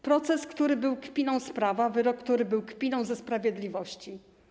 Proces, który był kpiną z prawa, wyrok, który był kpiną ze sprawiedliwości.